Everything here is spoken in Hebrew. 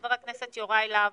חבר הכנסת יוראי להב,